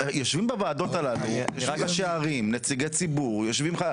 יושבים בוועדות הללו ראשי ערים, נציגי ציבור.